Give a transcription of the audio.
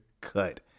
cut